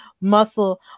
muscle